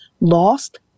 lost